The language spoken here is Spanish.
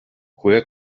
juega